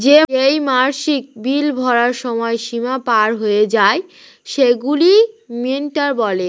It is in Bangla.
যেই মাসিক বিল ভরার সময় সীমা পার হয়ে যায়, সেগুলো মেটান